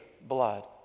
blood